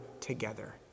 together